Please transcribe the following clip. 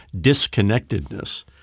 disconnectedness